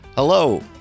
Hello